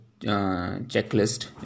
checklist